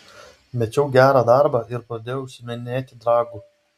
mečiau gerą darbą ir pradėjau užsiiminėti dragu